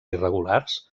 irregulars